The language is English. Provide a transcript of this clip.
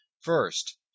First